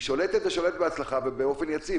היא שולטת ושולטת בהצלחה ובאופן יציב,